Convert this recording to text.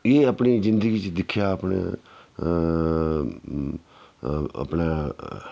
एह् अपनी जिंदगी च दिक्खेआ अपनी अपने